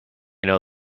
know